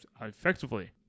effectively